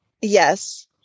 Yes